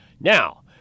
Now